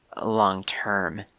long-term